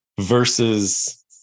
versus